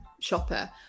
shopper